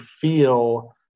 feel